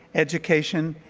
education,